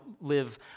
live